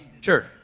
Sure